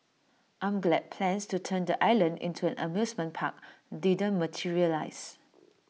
I'm glad plans to turn the island into an amusement park didn't materialise